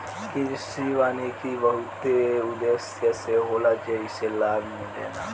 कृषि वानिकी बहुते उद्देश्य से होला जेइसे लाभ मिलेला